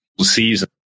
season